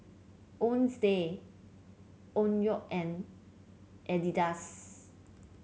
Owns day Onkyo and Adidas